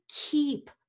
keep